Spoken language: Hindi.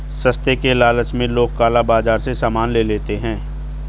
सस्ते के लालच में लोग काला बाजार से सामान ले लेते हैं